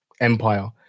empire